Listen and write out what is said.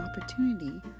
opportunity